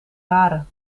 waren